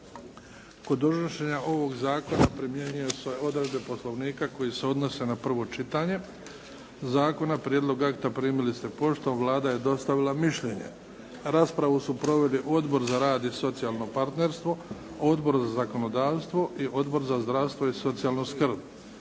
Kod donošenja ovog zakona primjenjuju se odredbe Poslovnika koje se odnose na prvo čitanje zakona. Prijedlog akta primili ste poštom. Vlada je dostavila mišljenje. Raspravu su proveli Odbor za rad i socijalno partnerstvo, Odbor za zakonodavstvo i Odbor za zdravstvo i socijalnu skrb.